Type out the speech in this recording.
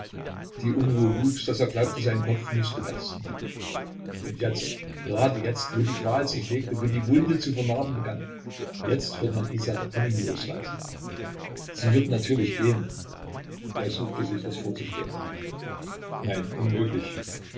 die unruhe wuchs daß er glaubte sein kopf müßte bersten und jetzt gerade jetzt wo die qual sich legte wo die wunde zu vernarben begann jetzt wird man isa von ihm losreißen sie wird natürlich gehen er suchte sich das vorzustellen nein unmöglich